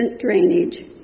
drainage